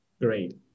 Great